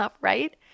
right